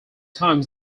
times